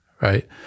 right